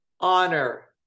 Honor